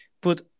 put